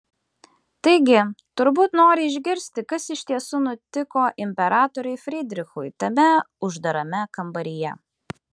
taigi turbūt nori išgirsti kas iš tiesų nutiko imperatoriui frydrichui tame uždarame kambaryje